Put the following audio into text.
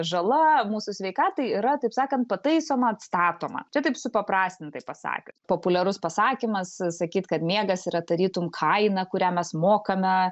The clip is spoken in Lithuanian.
žala mūsų sveikatai yra taip sakant pataisoma atstatoma čia taip supaprastintai pasakius populiarus pasakymas sakyt kad miegas yra tarytum kaina kurią mes mokame